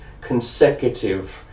consecutive